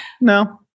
No